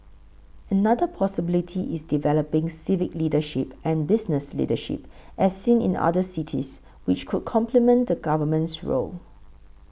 another possibility is developing civic leadership and business leadership as seen in other cities which could complement the Government's role